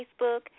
Facebook